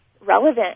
relevant